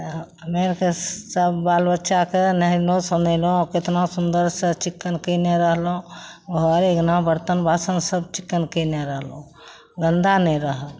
हमे आओरके सभ बाल बच्चाके नहेलहुँ सोनेलहुँ कतना सुन्दरसे चिक्कन कएने रहलहुँ घर अँगना बरतन बासन सब चिक्कन कएने रहलहुँ गन्दा नहि रहल